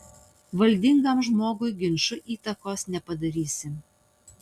valdingam žmogui ginču įtakos nepadarysi